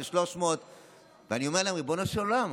זה 300. ואני שואל אותם: ריבונו של עולם,